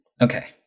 Okay